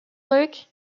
luke